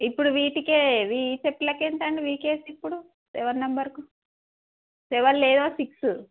ఇప్పుడు వీటికే ఈ చెప్పలకు ఎంత అండి వీకేసి ఇప్పుడు సెవెన్ నెంబర్కు సెవెన్ లేదా సిక్స్